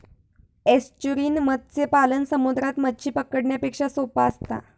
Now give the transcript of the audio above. estuarine मत्स्य पालन समुद्रात मच्छी पकडण्यापेक्षा सोप्पा असता